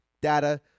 data